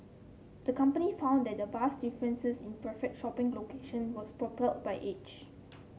the company found that the vast differences in preferred shopping locations was propelled by age